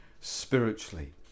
spiritually